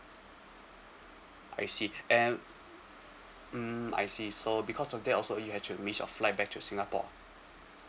I see and mm I see so because of that also you had to miss your flight back to singapore